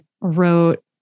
wrote